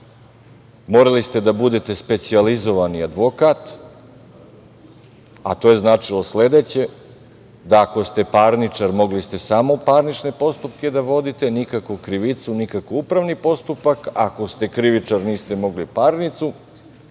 morali ste da budete specijalizovani advokat, a to je značilo sledeće: ako ste parničar, mogli ste samo parnične postupke da vodite, nikako krivicu, nikako upravni postupak, a ako ste krivičar niste mogli parnicu,